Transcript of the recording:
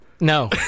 No